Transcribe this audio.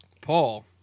paul